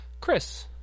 Chris